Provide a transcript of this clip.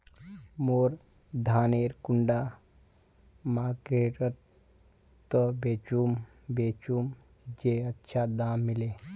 मोर धानेर कुंडा मार्केट त बेचुम बेचुम जे अच्छा दाम मिले?